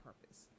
purpose